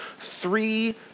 three